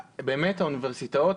האוניברסיטאות,